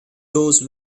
goes